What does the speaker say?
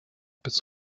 bis